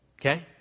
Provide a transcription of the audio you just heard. Okay